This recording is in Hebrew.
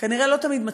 וכנראה לא תמיד מצליחה,